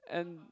and